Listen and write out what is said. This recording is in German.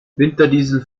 winterdiesel